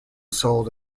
sold